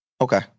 Okay